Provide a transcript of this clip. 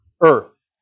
earth